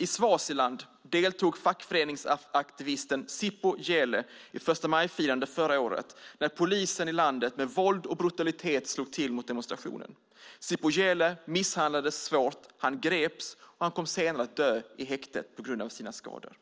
I Swaziland deltog fackföreningsaktivisten Sipho Jele i förstamajfirandet förra året när polisen i landet med våld och brutalitet slog till mot demonstrationen. Sipho Jele misshandlades svårt. Han greps och dog sedan i häktet på grund av sina skador.